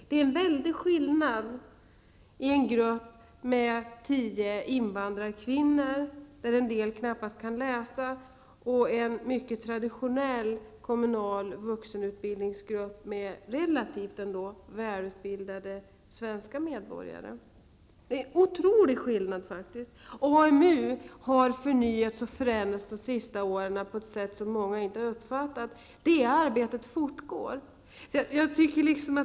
Det är en mycket stor skillnad mellan en grupp med tio invandrarkvinnor där en del knappast kan läsa och en mycket traditionell kommunal vuxenutbildningsgrupp med relativt välutbildade svenska medborgare. Det är faktiskt en otrolig skillnad. AMU har förnyats och förändrats de senaste åren på ett sätt som många inte har uppfattat. Det arbetet fortgår.